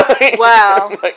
Wow